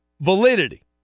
validity